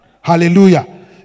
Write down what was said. Hallelujah